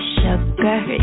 sugar